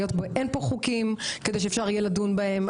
היות שאין פה חוקים כדי שאפשר יהיה לדון בהם,